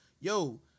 yo